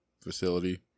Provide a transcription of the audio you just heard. facility